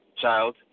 child